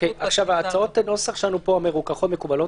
ההצעות לנוסח שלנו פה המרוככות מקובלות